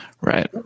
right